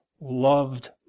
loved